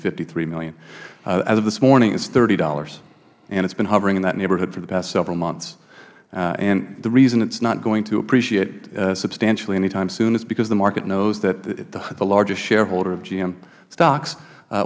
fifty three million as of this morning it's thirty dollars and it's been hovering in that neighborhood for the past several months and the reason it's not going to appreciate substantially anytime soon is because the market knows that the largest shareholder of gm stocks